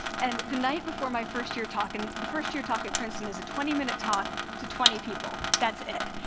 and the night before my first-year talk, and the first-year talk at princeton is a twenty minute talk to twenty people. that's it.